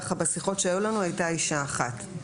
בשיחות שהיו לנו הייתה אישה אחת.